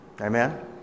Amen